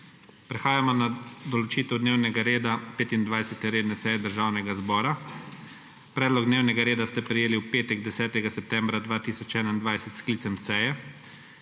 Prehajamo na **določitev dnevnega reda** 25. redne seje Državnega zbora. Predlog dnevnega reda ste prejeli v petek, 10. septembra 2021, s sklicem seje.